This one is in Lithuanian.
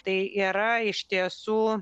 tai yra iš tiesų